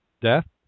death